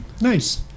Nice